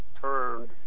turned